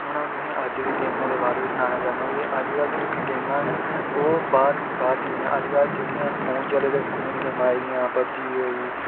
हून अज्ज दी गैमें दे बारे च सनानां चाह्ना की अज्ज कल दियां जेह्की गेमां न ओह् बाह्र दियां निं ऐ अज्ज कल जेह्के फोन चले दे फोनें च गेमां आई दियां पबजी होइ आ